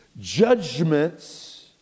judgments